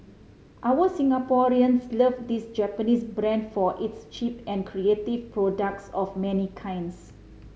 our Singaporeans love this Japanese brand for its cheap and creative products of many kinds